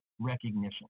recognition